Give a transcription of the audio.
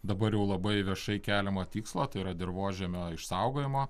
dabar jau labai viešai keliamo tikslo tai yra dirvožemio išsaugojimo